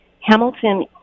Hamilton